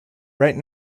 right